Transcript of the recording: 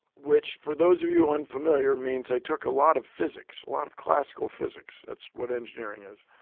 which, for those of you unfamiliar, means i took a lot of physics a lot of classical physics. that's what engineering is.